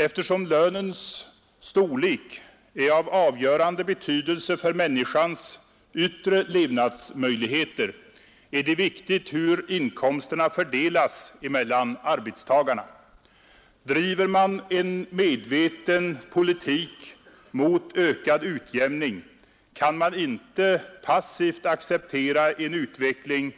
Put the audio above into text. Eftersom lönens storlek är av avgörande betydelse för människans yttre levnadsmöjligheter, är det viktigt hur inkomsterna fördelas mellan arbetstagarna. Driver man en medveten politik i riktning mot ökad utjämning, kan man inte passivt acceptera en utveckling